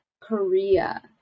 korea